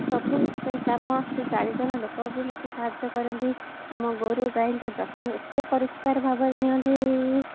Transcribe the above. ସବୁ କାମ ସେ ଚାରି ଜଣ ଲୋକ ବି ମୋତେ ସାହାଯ୍ୟ କରନ୍ତି ଆମ ଗୋରୁ ଗାଈଙ୍କ ଯତ୍ନ ଏତେ ପରିଷ୍କାର ଭାବରେ ନିଅନ୍ତି